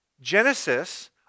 Genesis